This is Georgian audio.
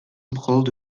მხოლოდ